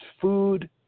food